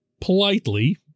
politely